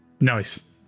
Nice